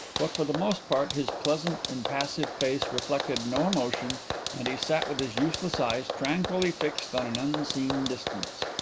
but for the most part his pleasant, impassive face reflected no emotion and he sat with his useless eyes tranquilly fixed on an unseen distance.